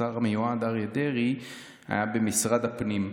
השר המיועד אריה דרעי הייתה במשרד הפנים.